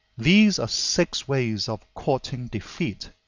these are six ways of courting defeat,